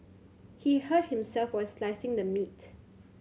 he hurt himself while slicing the meat